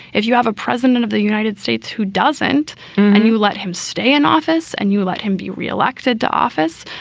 if you have a president of the united states who doesn't and you let him stay in office and you let him be re-elected to office,